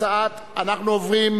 אנחנו עוברים,